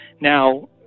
Now